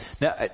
Now